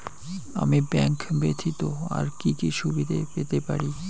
আমি ব্যাংক ব্যথিত আর কি কি সুবিধে পেতে পারি?